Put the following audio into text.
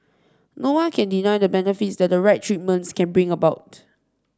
no one can deny the benefits that the right treatments can bring about